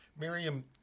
Miriam